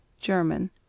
German